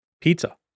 pizza